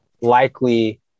likely